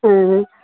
ꯎꯝ ꯎꯝ